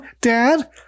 Dad